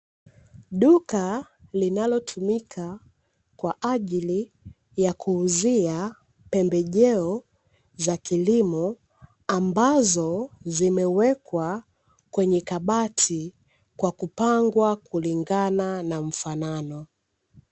Duka linalotumika kwa ajili ya kuuzia pembejeo za kilimo ambazo zimewekwa kwenye kabati kwa kupangwa kulingana na mfanano.